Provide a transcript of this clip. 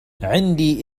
عندي